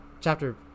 chapter